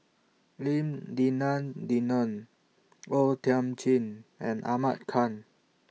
Lim Denan Denon O Thiam Chin and Ahmad Khan